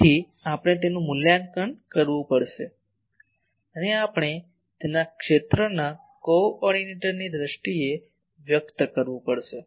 તેથી આપણે તેનું મૂલ્યાંકન કરવું પડશે અને આપણે તેને ક્ષેત્રના કો ઓર્ડીનેટરની દ્રષ્ટિએ વ્યક્ત કરવું પડશે